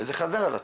וזה חזר על עצמו,